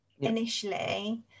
initially